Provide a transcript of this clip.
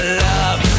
love